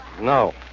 No